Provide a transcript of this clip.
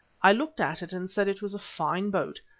i looked at it and said it was a fine boat,